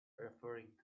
referring